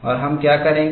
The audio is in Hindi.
और हम क्या करेंगे